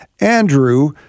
Andrew